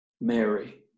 Mary